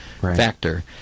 factor